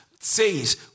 Says